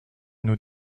nous